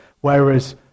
Whereas